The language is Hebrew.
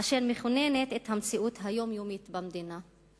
אשר מכוננת את המציאות היומיומית במדינה.